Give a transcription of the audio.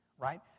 right